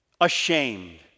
Ashamed